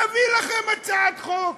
נביא לכם הצעת חוק.